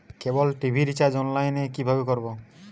কেবল TV recharge online এ কিভাবে করব?